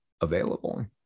available